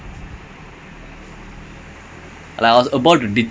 no lah